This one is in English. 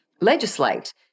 legislate